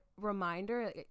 reminder